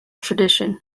tradition